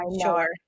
sure